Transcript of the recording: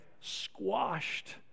squashed